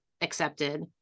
accepted